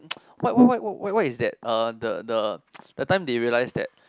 what what what what is that uh the the that time they realised that